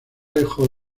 dejó